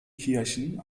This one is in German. kirchen